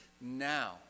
now